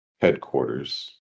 headquarters